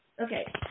okay